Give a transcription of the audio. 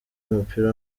w’umupira